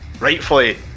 rightfully